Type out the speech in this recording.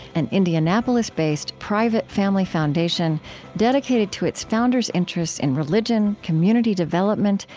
an indianapolis-based, private family foundation dedicated to its founders' interests in religion, community development,